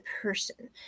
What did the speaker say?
person